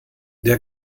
der